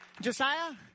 Josiah